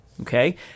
okay